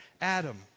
Adam